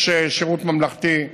יש שירות ממלכתי,